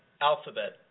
alphabet